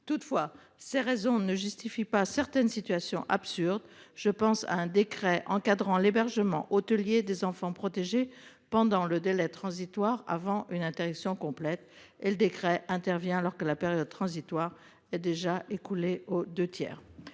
Toutefois, ces raisons ne justifient pas certaines situations absurdes je pense un décret encadrant l'hébergement hôtelier des enfants protégés pendant le délai transitoire avant une interruption complète et le décret intervient alors que la période transitoire, il a déjà écoulé aux 2 tiers